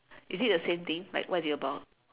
is it the same thing like what is it about